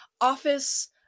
office